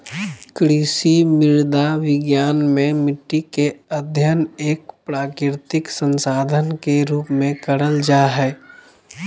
कृषि मृदा विज्ञान मे मट्टी के अध्ययन एक प्राकृतिक संसाधन के रुप में करल जा हई